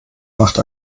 macht